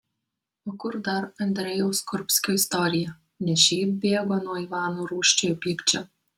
o kur dar andrejaus kurbskio istorija ne šiaip bėgo nuo ivano rūsčiojo pykčio